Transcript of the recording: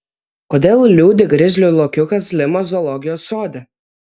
kodėl liūdi grizlių lokiukas limos zoologijos sode